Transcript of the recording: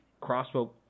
crossbow